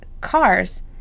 cars